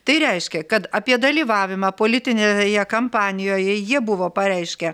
tai reiškia kad apie dalyvavimą politinėje kampanijoje jie buvo pareiškę